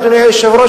אדוני היושב-ראש,